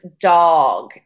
dog